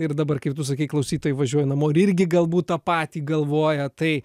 ir dabar kaip tu sakei klausytojai važiuoja namo ir irgi galbūt tą patį galvoja tai